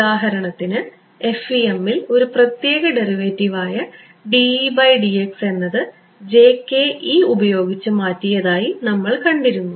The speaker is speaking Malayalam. ഉദാഹരണത്തിന് FEM ൽ ഒരു പ്രത്യേക ഡെറിവേറ്റീവ് ആയ dEdx എന്നത് jkE ഉപയോഗിച്ച് മാറ്റിയതായി നമ്മൾ കണ്ടിരുന്നു